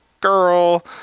girl